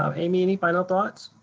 um amy, any final thoughts?